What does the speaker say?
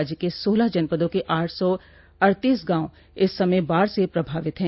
राज्य के सोलह जनपदों के आठ सौ अड़तीस गांव इस समय बाढ़ से प्रभावित है